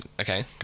Okay